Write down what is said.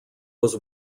was